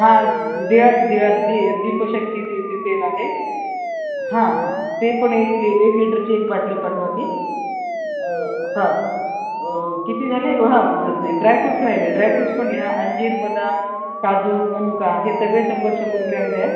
हां दिव्याचं दिव्याचं दी दीपशक्ती ती तेल आहे हां हां ते पण एक एक लिटरची एक बाटली पाठवा ती हां किती झाले हां द् ड्रायफ्रुट्स राहिले ड्रायफ्रुट्स पण लिहा अंजीर बदाम काजू मनुका हे सगळे शंभर शंभर ग्रॅम द्या